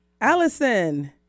Allison